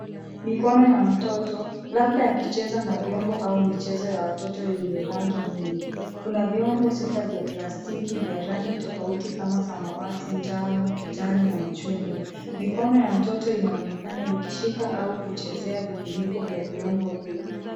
Mikono ya mtoto, labda akicheza na vyombo au michezo ya watoto yenye rangi nyingi. Kuna vyombo sita vya plastiki vya rangi tofauti kama samawati, njano, kijani na machungwa. Mikono ya mtoto inaonekana ikishika au kuchezea vifuniko vya vyombo hivyo.